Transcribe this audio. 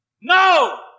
No